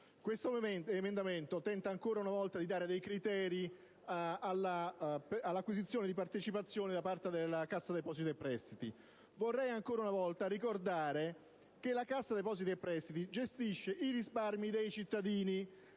l'emendamento 7.8 tenta, ancora una volta, di dare dei criteri all'acquisizione di partecipazioni da parte della Cassa depositi e prestiti. Vorrei nuovamente ricordare che la Cassa depositi e prestiti gestisce i risparmi dei cittadini,